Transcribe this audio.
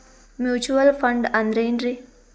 Mutual fund ಅಂದ್ರೆನ್ರಿ?